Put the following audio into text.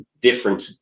different